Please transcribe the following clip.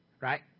right